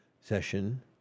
session